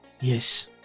Yes